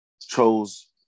chose